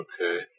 Okay